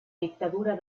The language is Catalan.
dictadura